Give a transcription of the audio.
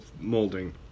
molding